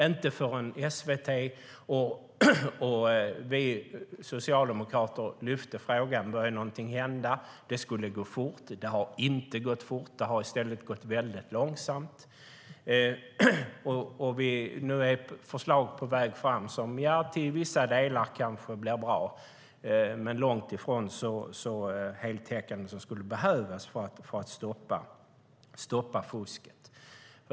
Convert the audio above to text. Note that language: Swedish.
Inte förrän SVT och vi socialdemokrater lyfte frågan började någonting hända. Det skulle gå fort. Det har inte gått fort. Det har i stället gått väldigt långsamt. Nu är förslag på väg som till vissa delar kanske blir bra, men långt ifrån så heltäckande som skulle behövas för att stoppa fusket.